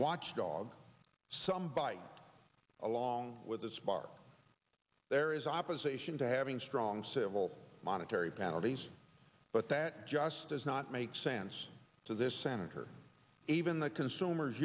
watchdog some bite along with this bar there is opposition to having strong civil monetary penalties but that just does not make sense to this senator even the consumers